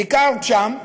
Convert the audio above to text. ביקרת שם.